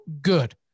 good